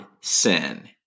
sin